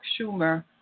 Schumer